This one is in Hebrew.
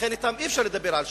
ולכן אתם אי-אפשר לדבר על שלום.